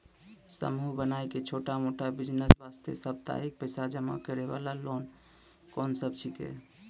समूह बनाय के छोटा मोटा बिज़नेस वास्ते साप्ताहिक पैसा जमा करे वाला लोन कोंन सब छीके?